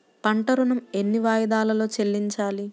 పంట ఋణం ఎన్ని వాయిదాలలో చెల్లించాలి?